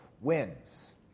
wins